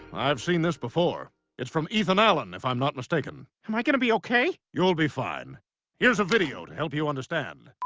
i've seen this before it's from ethan allen if i'm not mistaken am i gonna be okay you'll be fine here's a video to help you understand